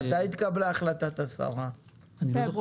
מתי התקבלה החלטת השרה להקפיא?